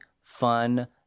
fun